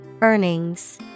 Earnings